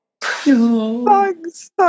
Thanks